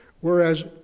Whereas